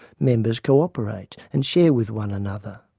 members co-operate, and share with one another.